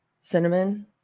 Cinnamon